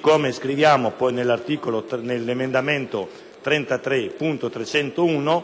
come scriviamo poi nell’emendamento 33.301,